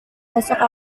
besok